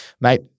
Mate